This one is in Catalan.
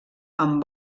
amb